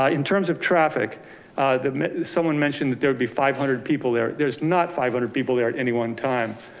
in terms of traffic that someone mentioned that there would be five hundred people there. there's not five hundred people there at any one time.